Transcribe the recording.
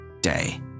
day